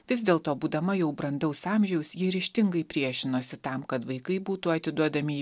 vis dėlto būdama jau brandaus amžiaus ji ryžtingai priešinosi tam kad vaikai būtų atiduodami į